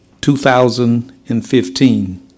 2015